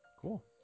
Cool